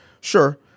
Sure